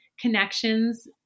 connections